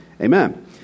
amen